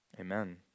Amen